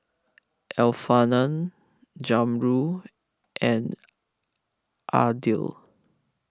Alfian Zamrud and Adil